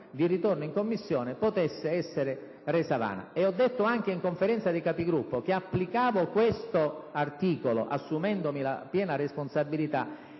di ritorno in Commissione potesse essere resa vana. E ho detto anche in Conferenza dei Capigruppo che applicavo questo articolo assumendomene la piena responsabilità